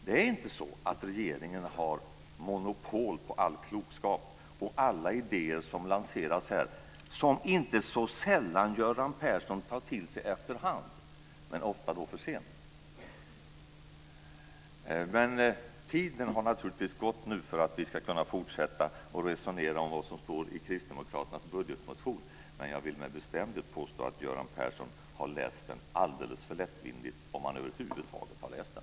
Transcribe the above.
Det är inte så att regeringen har monopol på all klokskap och på alla idéer som lanseras här, idéer som Göran Persson inte så sällan tar till sig efterhand, och ofta för sent. Tiden har naturligtvis gått ut nu för att vi ska kunna fortsätta och resonera om vad som står i Kristdemokraternas budgetmotion, men jag vill med bestämdhet påstå att Göran Persson har läst den alldeles för lättvindigt - om han över huvud taget har läst den.